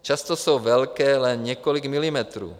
Často jsou velké jen několik milimetrů.